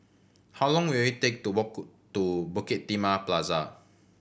how long will it take to walk to Bukit Timah Plaza